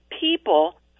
people